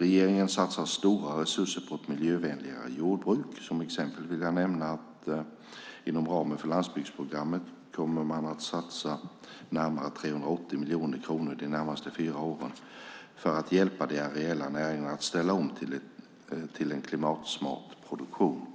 Regeringen satsar stora resurser på ett miljövänligare jordbruk. Som exempel vill jag nämna att man inom ramen för landsbygdsprogrammet kommer att satsa närmare 380 miljoner kronor de närmaste fyra åren för att hjälpa de areella näringarna att ställa om till en klimatsmart produktion.